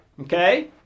okay